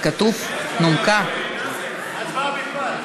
הצבעה בלבד.